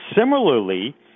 Similarly